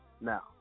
Now